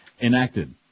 enacted